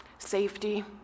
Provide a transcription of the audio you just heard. safety